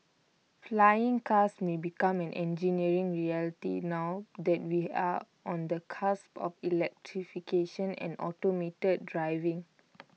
flying cars may becoming an engineering reality now that we are on the cusp of electrification and automated driving